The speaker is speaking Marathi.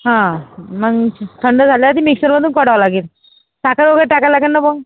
हां मग थंड झालं की मिक्सरमधून काढावं लागेल साखर वगैरे टाकायला लागेल ना मग